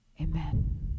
Amen